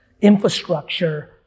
infrastructure